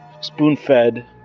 spoon-fed